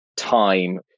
time